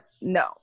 No